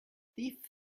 thief